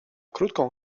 krótką